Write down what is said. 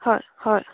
হয় হয়